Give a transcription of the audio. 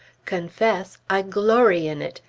confess? i glory in it!